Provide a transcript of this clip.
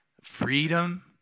Freedom